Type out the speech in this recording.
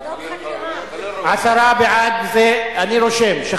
למה דווקא שלושה אנשי הסיעות החרדיות,